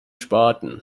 spaten